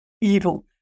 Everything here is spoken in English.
evil